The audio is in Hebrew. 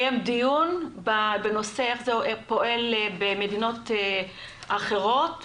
אפשר לקיים דיון בנושא כיצד פועל במדינות אחרות בהמשך.